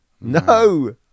No